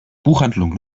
buchhandlung